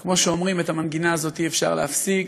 אבל כמו שאומרים: את המנגינה הזאת אי-אפשר להפסיק,